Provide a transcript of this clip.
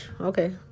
okay